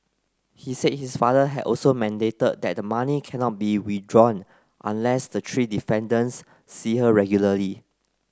he said his father had also mandated that the money cannot be withdrawn unless the three defendants see her regularly